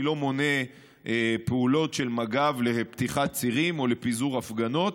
אני לא מונה פעולות של מג"ב לפתיחת צירים או לפיזור הפגנות,